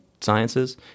sciences